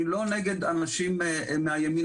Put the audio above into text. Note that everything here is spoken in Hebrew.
אני לא נגד אנשים מהימין,